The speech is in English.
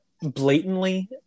blatantly